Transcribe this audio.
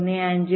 15 0